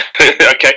Okay